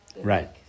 right